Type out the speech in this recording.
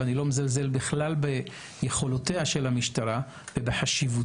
ואני לא מזלזל בכלל ביכולותיה של המשטרה ובחשיבותה.